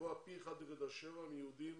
גבוה פי 1.7 מיהודים